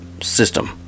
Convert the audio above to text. system